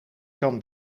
kan